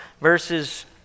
verses